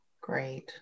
Great